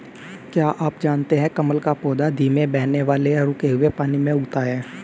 क्या आप जानते है कमल का पौधा धीमे बहने वाले या रुके हुए पानी में उगता है?